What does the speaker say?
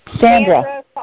Sandra